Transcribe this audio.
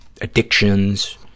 addictions